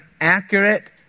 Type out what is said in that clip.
accurate